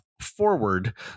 forward